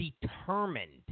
determined